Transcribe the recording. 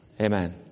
Amen